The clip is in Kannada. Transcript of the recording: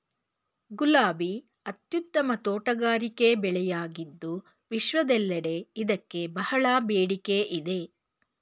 ಗುಲಾಬಿ ಅತ್ಯುತ್ತಮ ತೋಟಗಾರಿಕೆ ಬೆಳೆಯಾಗಿದ್ದು ವಿಶ್ವದೆಲ್ಲೆಡೆ ಇದಕ್ಕೆ ಬಹಳ ಬೇಡಿಕೆ ಇದೆ